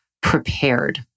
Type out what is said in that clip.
prepared